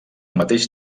mateix